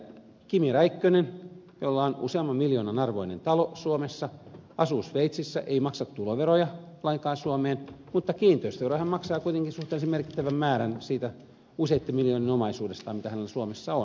kimi räikkönen jolla on useamman miljoonan arvoinen talo suomessa asuu sveitsissä ei maksa tuloveroja lainkaan suomeen mutta kiinteistöveroa hän maksaa kuitenkin suhteellisen merkittävän määrän siitä useitten miljoonien omaisuudesta mitä hänellä suomessa on